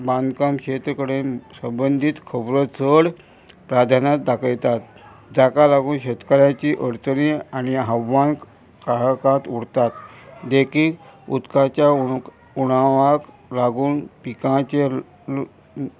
बांदकाम क्षेत्र कडेन संबंदीत खबरो चड प्राधान्य दाखयतात जाका लागून शेतकऱ्याची अडचणी आनी आव्हान काळकात उरतात देखीक उदकाच्या उण उणाव लागून पिकांचे ल